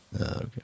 Okay